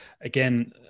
again